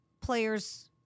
players